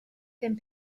pum